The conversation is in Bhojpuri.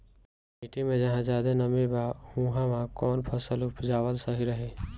मिट्टी मे जहा जादे नमी बा उहवा कौन फसल उपजावल सही रही?